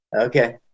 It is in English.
Okay